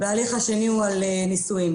ההליך השני הוא על נישואים.